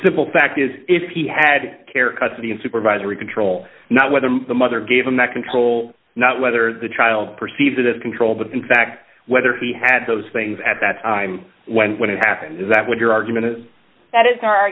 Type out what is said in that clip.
simple fact is if he had care custody and supervisory control not whether the mother gave him that control not whether the child perceives it as control but in fact whether he had those things at that time when when it happened is that when your argument is that